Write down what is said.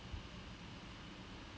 ya and things when